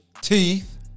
Teeth